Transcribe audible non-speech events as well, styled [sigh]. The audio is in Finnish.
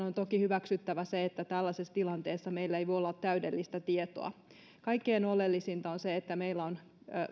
[unintelligible] on toki hyväksyttävä se että tällaisessa tilanteessa meillä ei voi olla täydellistä tietoa kaikkein oleellisinta on se että meillä on